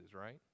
right